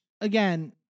again